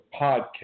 podcast